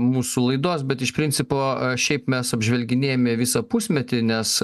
mūsų laidos bet iš principo šiaip mes apžvelginėjame visą pusmetį nes